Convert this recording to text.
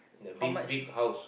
how much